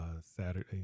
Saturday